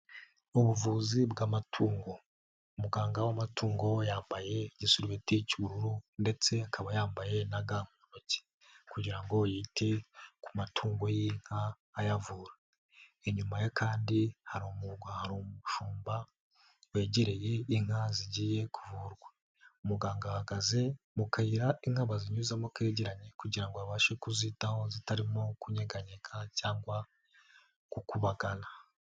Ubuvuzi bw'amatungo. Muganga w'amatungo yambaye igisurubeti cy'ubururu, ndetse akaba yambaye na ga mu ntoki. Kugira ngo yite ku matungo y'inka, ayavura. Inyuma ye kandi hari umushumba, wegereye inka zigiye kuvurwa. Umuganga ahagaze mu kayira inka bazinyuzamo kegeranye, kugira ngo abashe kuzitaho, zitarimo kunyeganyega cyangwa gukubagana.